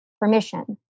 permission